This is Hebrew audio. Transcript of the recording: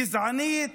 גזענית,